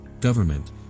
government